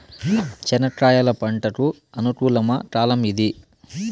చెనక్కాయలు పంట కు అనుకూలమా కాలం ఏది?